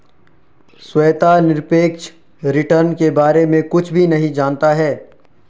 श्वेता निरपेक्ष रिटर्न के बारे में कुछ भी नहीं जनता है